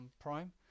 Prime